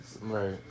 Right